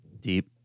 Deep